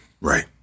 Right